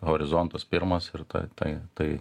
horizontas pirmas ir ta tai tai